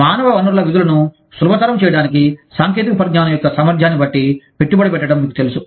మానవ వనరుల విధులను సులభతరం చేయడానికి సాంకేతిక పరిజ్ఞానం యొక్క సామర్థ్యాన్ని బట్టి పెట్టుబడి పెట్టడం మీకు తెలుసు